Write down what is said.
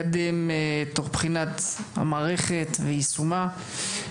לקדם תוך בחינת המערכת ויישומה.